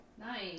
Nice